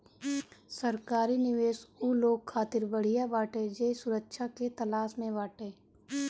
सरकारी निवेश उ लोग खातिर बढ़िया बाटे जे सुरक्षा के तलाश में बाटे